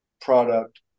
product